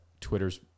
Twitter's